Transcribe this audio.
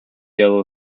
yellow